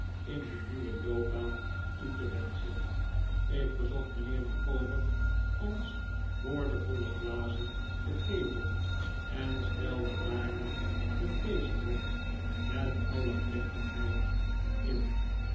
in hun nieuwe loopbaan toe te wenschen ik verzocht mijnheer micawber ons boordevolle glazen te geven en stelde daarna den feestdronk met alle plechtigheid in